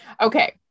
Okay